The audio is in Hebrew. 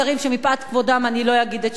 שמפאת כבודם אני לא אגיד את שמם.